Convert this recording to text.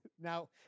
Now